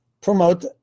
promote